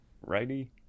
Righty